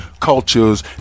cultures